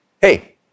Hey